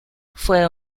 fue